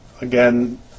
again